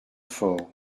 fort